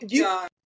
god